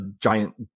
giant